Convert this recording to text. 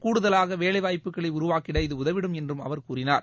கூடுதலாக வேலைவாய்ப்புக்களை உருவாக்கிட இது உதவிடும் என்றும் அவர் கூறினார்